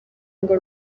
ngo